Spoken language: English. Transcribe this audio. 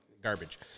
garbage